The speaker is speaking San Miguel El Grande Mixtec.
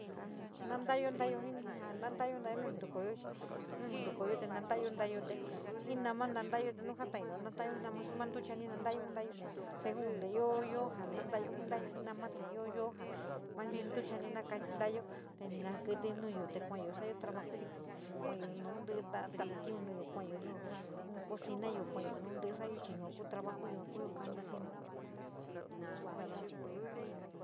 Ja nanta´ayo ntayó jí, ja nanta´ayo nta´ayo nu niñntu. Kooyoehi nu niñtokayo nanídayo niñdayo te fí nama. Nanídayo nu nítaíyo niñdayo jí wara xi niñnuchari. Nanídayo fí tayó sege inte yo nanídayo fí nameta ío yo mar ítichanaí ní fatichayo niñdayo nío kite. Ruyo kasatayo solaye darbayoyo kuyó no rítií na talau kuni nuyo, kuyó nu coinuaro kayó naón ntií soáayo chí yua ku trabajo ja koyo campesino.